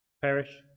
perish